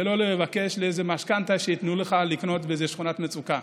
ולא לבקש איזה משכנתה שייתנו לך כדי לקנות באיזו שכונת מצוקה.